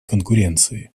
конкуренции